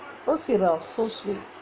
rose syrup so sweet